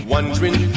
Wondering